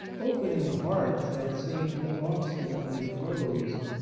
opening hearts that seemed obstinatefy closed,